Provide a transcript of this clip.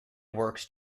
works